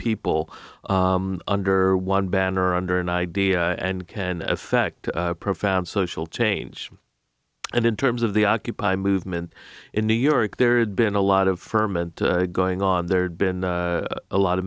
people under one banner under an idea and can affect profound social change and in terms of the occupy movement in new york there's been a lot of ferment going on there had been a lot